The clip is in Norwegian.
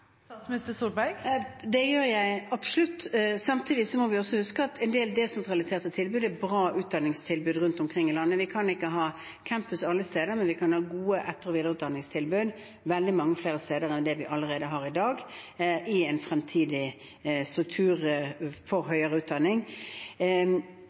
Det gjør jeg absolutt. Samtidig må vi også huske at en del desentraliserte tilbud er bra utdanningstilbud rundt omkring i landet. Vi kan ikke ha campus alle steder, men vi kan ha gode etter- og videreutdanningstilbud veldig mange flere steder enn det vi allerede har i dag, i en fremtidig struktur for